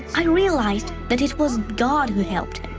i realized that it was god who helped.